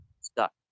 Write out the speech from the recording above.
stuck